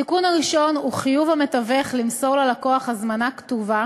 התיקון הראשון הוא חיוב המתווך למסור ללקוח הזמנה כתובה